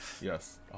Yes